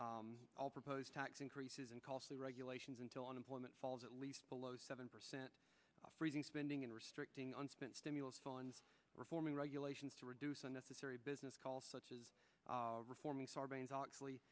all proposed tax increases and costly regulations until unemployment falls at least below seven percent freezing spending and restricting unspent stimulus on reforming regulations to reduce unnecessary business calls such as reforming sarbanes